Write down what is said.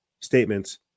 statements